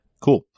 Cool